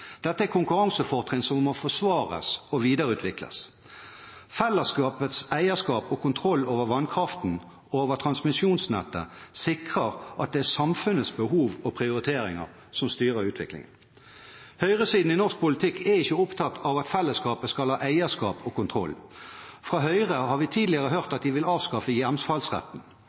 Dette er konkurransefortrinn som må forsvares og videreutvikles. Fellesskapets eierskap og kontroll over vannkraften og over transmisjonsnettet sikrer at det er samfunnets behov og prioriteringer som styrer utviklingen. Høyresiden i norsk politikk er ikke opptatt av at fellesskapet skal ha eierskap og kontroll. Fra Høyre har vi tidligere hørt at de vil avskaffe